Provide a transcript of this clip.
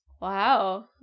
Wow